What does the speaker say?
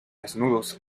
desnudos